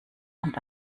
und